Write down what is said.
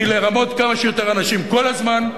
היא לרמות כמה שיותר אנשים כל הזמן,